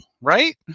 right